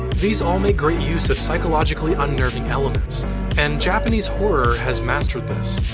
these all make great use of psychologically unnerving elements and japanese horror has mastered this.